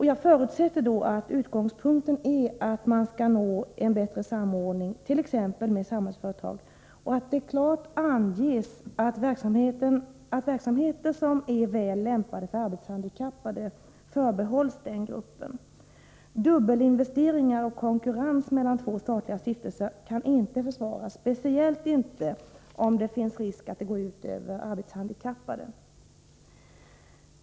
Jag förutsätter att utgångspunkten är att man skall uppnå en bättre samordning med t.ex. Samhällsföretag och att det klart kommer att anges att verksamheter som är väl lämpade för arbetshandikappade skall förbehållas denna grupp. Dubbelinvesteringar och konkurrens mellan två statliga stiftelser kan inte försvaras, speciellt inte om det finns risk för att detta går ut över arbetshandikappade.